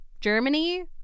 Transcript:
Germany